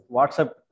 WhatsApp